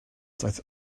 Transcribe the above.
daeth